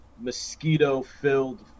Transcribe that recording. mosquito-filled